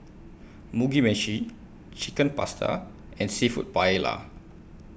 Mugi Meshi Chicken Pasta and Seafood Paella